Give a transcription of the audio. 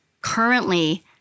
currently